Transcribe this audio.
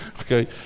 okay